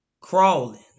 crawling